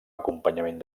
acompanyament